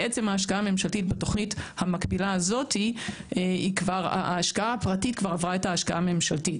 ההשקעה הפרטית בתוכנית המקבילה הזו כבר עברה את ההשקעה הממשלתית,